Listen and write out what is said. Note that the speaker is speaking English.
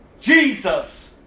Jesus